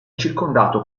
circondato